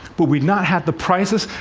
but we've not had the prices,